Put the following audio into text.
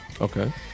Okay